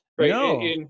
No